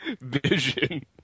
vision